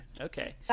Okay